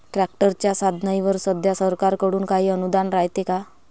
ट्रॅक्टरच्या साधनाईवर सध्या सरकार कडून काही अनुदान रायते का?